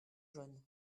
jeunes